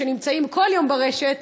שנמצאים כל יום ברשת,